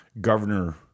governor